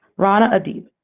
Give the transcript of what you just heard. rana adib,